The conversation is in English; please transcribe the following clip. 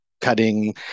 cutting